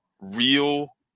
real